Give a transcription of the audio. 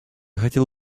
хотел